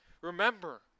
Remember